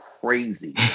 crazy